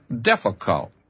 difficult